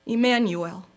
Emmanuel